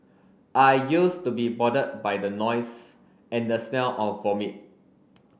I used to be bothered by the noise and the smell of vomit